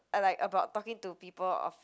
I like about talking to people of